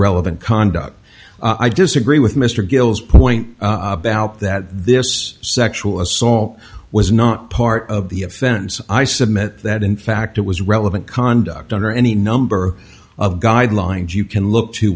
relevant conduct i disagree with mr gill's point out that this sexual assault was not part of the offense i submit that in fact it was relevant conduct under any number of guidelines you can look to